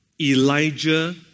Elijah